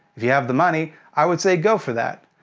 if you have the money, i would say go for that.